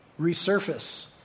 resurface